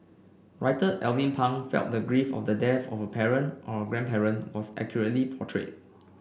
Writer Alvin Pang felt the grief of the death of a parent or a grandparent was accurately portrayed